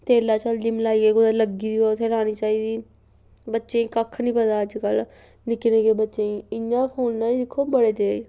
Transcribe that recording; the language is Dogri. तेला च हल्दी च मलाइयै कुतै लग्गी दी होऐ ओह् उत्थै लानी चाहिदी बच्चें गी कक्ख निं पता अजकल्ल निक्के निक्के बच्चें गी इ'यां फोनै च दिक्खो बड़े तेज